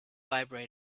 vibrating